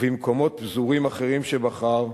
ובמקומות פזורים אחרים שבחר,